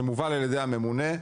שמובל על ידי הממונה.